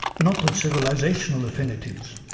not of civilisational affinities.